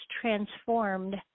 transformed